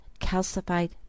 calcified